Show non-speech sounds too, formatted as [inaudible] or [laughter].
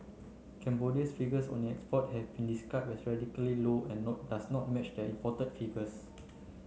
Cambodia's figures on its export have been [unintelligible] as radically low and not does not match the imported figures